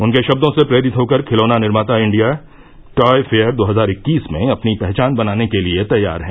उनके शब्दों से प्रेरित होकर खिलौना निर्माता इंडिया टॉय फेयर दो हजार इक्कीस में अपनी पहचान बनाने के लिए तैयार हैं